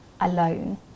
alone